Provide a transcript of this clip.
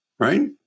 right